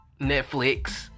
Netflix